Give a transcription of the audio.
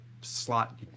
slot